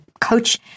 coach